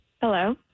Hello